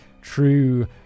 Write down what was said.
True